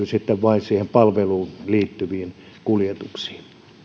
sitten pitäytyy vain siihen palveluun liittyviin kuljetuksiin